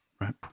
Right